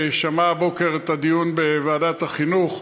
שמע הבוקר את הדיון בוועדת החינוך,